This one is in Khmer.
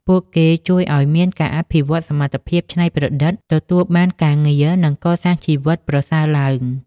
ពួកគេជួយឱ្យមានការអភិវឌ្ឍសមត្ថភាពច្នៃប្រឌិត ទទួលបានការងារ និងកសាងជីវិតប្រសើរឡើង ។